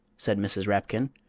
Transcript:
said mrs. rapkin,